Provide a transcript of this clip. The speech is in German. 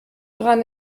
dran